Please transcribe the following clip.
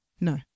no